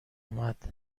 اومد